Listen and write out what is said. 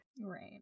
Right